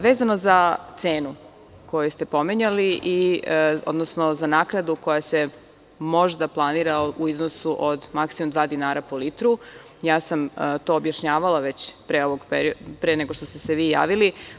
Vezano za cenu koju ste pominjali, odnosno za naknadu koja se možda planira u iznosu od maksimum dva dinara po litru, to sam objašnjavala već pre nego što ste se vi javili.